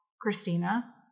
Christina